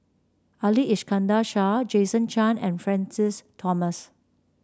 Ali Iskandar Shah Jason Chan and Francis Thomas